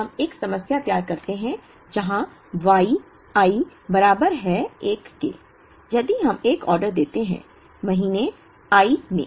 अब हम एक समस्या तैयार करते हैं जहाँ Y i बराबर है 1 के यदि हम एक ऑर्डर देते हैं महीने i में